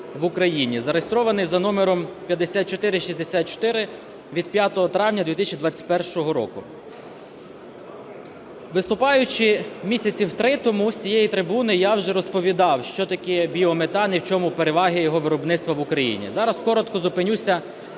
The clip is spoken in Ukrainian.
в Україні (зареєстрований за номером 5464) (від 5 травня 2021 року). Виступаючи місяців три тому з цієї трибуни, я вже розповідав що таке біометан і в чому переваги його виробництва в Україні. Зараз коротко зупинюся